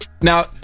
now